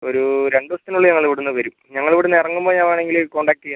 ഒരു രണ്ട് ദിവസത്തിനുള്ളിൽ ഞങ്ങൾ ഇവിടുന്ന് വരും ഞങ്ങൾ ഇവിടുന്ന് ഇറങ്ങുമ്പം ഞാൻ വേണമെങ്കിൽ കോൺടാക്റ്റ് ചെയ്യാം